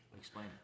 Explain